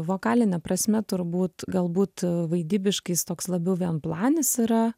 vokaline prasme turbūt galbūt vaidybiškai jis toks labiau vienplanis yra